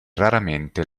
raramente